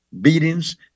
beatings